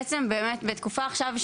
שבתקופה עכשיו,